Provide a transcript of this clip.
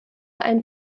ein